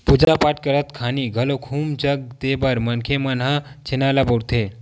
पूजा पाठ करत खानी घलोक हूम जग देय बर मनखे मन ह छेना ल बउरथे